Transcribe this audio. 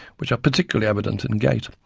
which are particularly evident in gait,